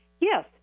Yes